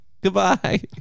Goodbye